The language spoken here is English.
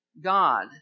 God